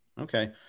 Okay